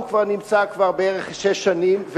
הוא כבר נמצא בערך שש שנים,